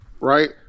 Right